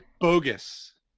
bogus